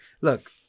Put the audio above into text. Look